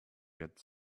get